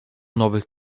nowych